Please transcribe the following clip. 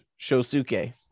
Shosuke